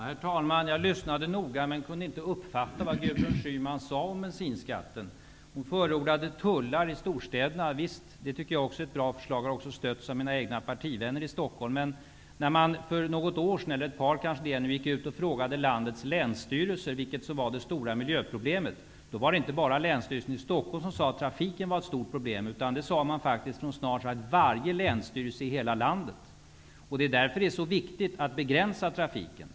Herr talman! Jag lyssnade noga men kunde inte uppfatta vad Gudrun Schyman sade om bensinskatten. Hon förordade tullar i storstäderna, och visst tycker jag att det är ett bra förslag. Det har också stötts av mina egna partivänner i Stockholm. Men när man för ett par år sedan frågade landets länsstyrelser vilket det stora miljöproblemet var, så var det inte bara Länsstyrelsen i Stockholm som sade att trafiken var ett stort problem; det gjorde snart sagt varje länsstyrelse i hela landet. Därför är det så viktigt att begränsa trafiken.